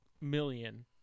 million